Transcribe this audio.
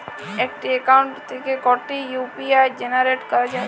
একটি অ্যাকাউন্ট থেকে কটি ইউ.পি.আই জেনারেট করা যায়?